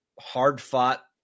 hard-fought